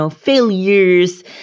failures